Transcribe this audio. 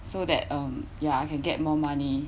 so that um ya I can get more money